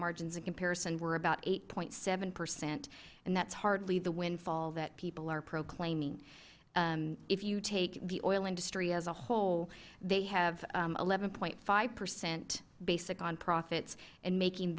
margins in comparison were about eight point seven percent and that's hardly the windfall that people are proclaiming if you take the oil industry as a whole they have eleven point five percent basic on profit and making